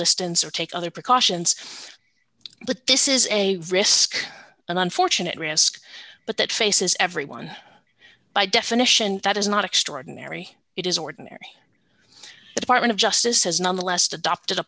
distance or take other precautions but this is a risk an unfortunate risk but that faces everyone by definition that is not extraordinary it is ordinary the department of justice has nonetheless to adopt